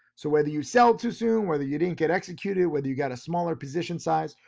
so whether you sell too soon, whether you didn't get executed, whether you got a smaller position size,